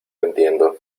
entiendo